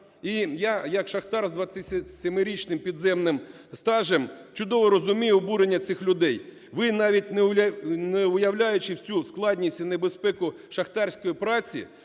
І я як шахтар з 27 річним підземним стажем чудово розумію обурення цих людей. Ви, навіть не уявляючи всю складність і небезпеку шахтарської праці,